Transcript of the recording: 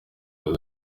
uyu